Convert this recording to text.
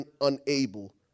unable